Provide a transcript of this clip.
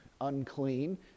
unclean